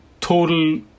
total